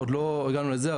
עוד לא הגענו לזה,